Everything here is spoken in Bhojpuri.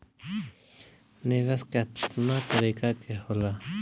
निवेस केतना तरीका के होला?